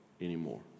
anymore